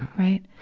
right.